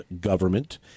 government